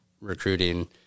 recruiting